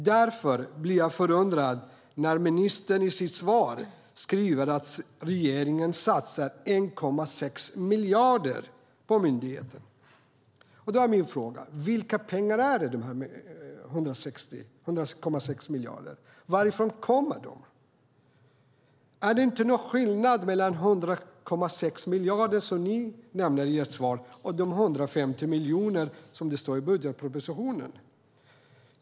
Därför blir jag förundrad när ministern i sitt svar skriver att regeringen satsar 1,6 miljarder på myndigheten. Min fråga är: Vilka pengar är dessa 1,6 miljarder? Varifrån kommer de? Är det inte en skillnad mellan 1,6 miljarder som ni nämner i ert svar och de 150 miljoner som det står om i budgetpropositionen?